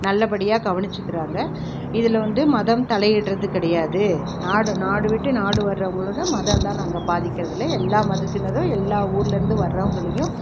நல்லபடியாக கவனித்துக்குறாங்க இதில் வந்து மதம் தலையிடறது கிடையாது நாடு நாடு விட்டு நாடு வர்றவங்களோட மதந்தான் நாங்கள் பாதிக்கிறதில்லை எல்லா மதத்தினரும் எல்லா ஊர்லேருந்தும் வர்றவங்களையும்